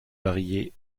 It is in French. variée